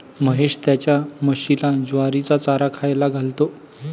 महेश त्याच्या म्हशीला ज्वारीचा चारा खायला घालतो